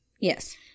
Yes